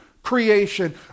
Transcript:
creation